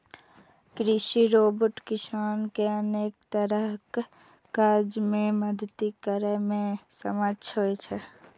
कृषि रोबोट किसान कें अनेक तरहक काज मे मदति करै मे सक्षम होइ छै